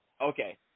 Okay